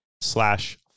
slash